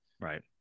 Right